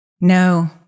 No